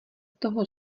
toho